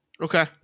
Okay